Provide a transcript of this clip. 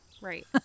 Right